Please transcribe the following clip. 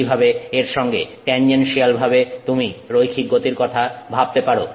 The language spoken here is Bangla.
এইভাবে এর সঙ্গে ট্যানজেনসিয়াল ভাবে তুমি রৈখিক গতির কথা ভাবতে পারো